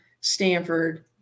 Stanford